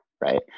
right